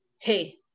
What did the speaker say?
Hey